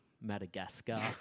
Madagascar